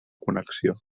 connexió